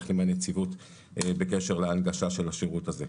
עם הנציבות בקשר להנגשה של השירות הזה,